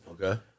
Okay